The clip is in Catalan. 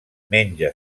menja